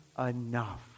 enough